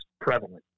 prevalent